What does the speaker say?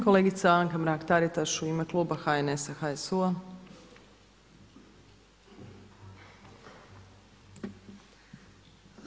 Kolegica Anka Mrak-Taritaš u ime kluba HNS-a, HSU-a.